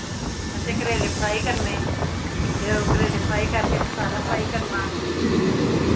असें करेले फ्राई करने ते ओह् करेले फ्राई करके मसाला फ्राई करना